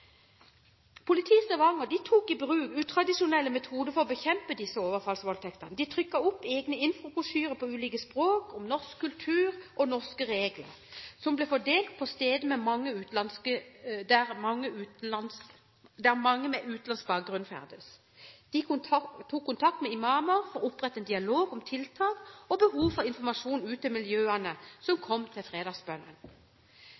Politiet i Stavanger tok i bruk utradisjonelle metoder for å bekjempe overfallsvoldtektene. De trykket opp egen infobrosjyre på ulike språk om norsk kultur og norske regler, som ble fordelt på steder der mange med utenlandsk bakgrunn ferdes. De tok kontakt med imamer for å opprette dialog om tiltak og behov for informasjon ut til miljøene som